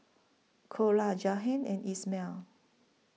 Cora Jahiem and Ismael